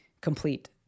complete